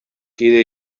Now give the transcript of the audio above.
kide